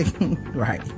Right